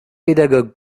pédagogue